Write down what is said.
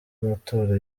amatora